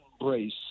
embrace